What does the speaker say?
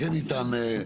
כן ניתן,